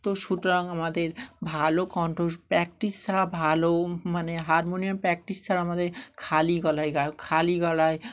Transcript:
তো সুতরাং আমাদের ভালো কণ্ঠ প্র্যাকটিস ছাড়া ভালো মানে হারমোনিয়াম প্র্যাকটিস ছাড়া আমাদের খালি গলায় গান খালি গলায়